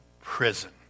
prison